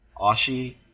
Ashi